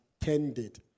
tended